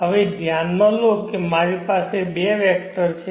હવે ધ્યાનમાં લો કે મારી પાસે બે વેક્ટર છે